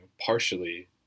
partially